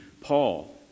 Paul